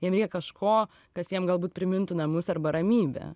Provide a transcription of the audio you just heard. jiem reikia kažko kas jiem galbūt primintų namus arba ramybę